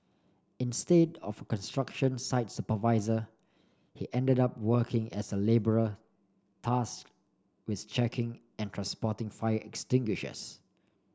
instead of construction site supervisor he ended up working as a labourer task with checking and transporting fire extinguishers